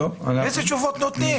איזה תשובות נותנים?